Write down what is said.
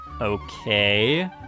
Okay